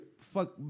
fuck